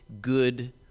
good